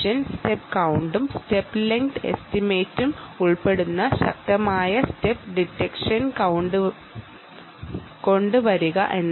step കൌണ്ടും step ലെങ്തും estimate ചെയ്തതിനു ശേഷം ഇവ ഉപയോഗിച്ച് സ്റ്റെപ്പ് ഡിറ്റക്ഷൻ കൊണ്ടുവരിക എന്നതാണ്